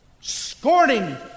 scorning